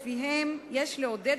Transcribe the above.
אדוני